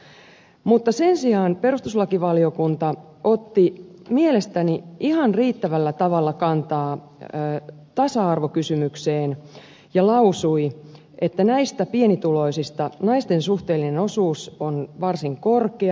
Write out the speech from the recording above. mutta sen sijaan perustuslakivaliokunta otti mielestäni ihan riittävällä tavalla kantaa tasa arvokysymykseen ja lausui että näistä pienituloisista naisten suhteellinen osuus on varsin korkea